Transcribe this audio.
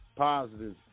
positive